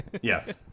Yes